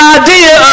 idea